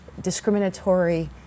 discriminatory